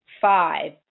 five